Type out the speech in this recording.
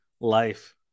life